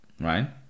Right